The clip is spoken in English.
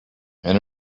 and